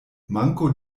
manko